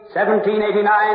1789